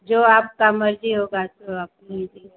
जो आपकी मर्ज़ी होगी तो आप लीजिए